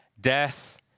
death